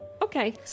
Okay